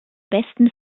besten